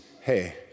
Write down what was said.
hey